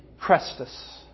Crestus